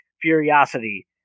curiosity